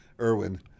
Irwin